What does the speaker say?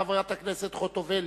חברת הכנסת חוטובלי.